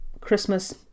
Christmas